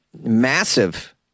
massive